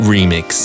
Remix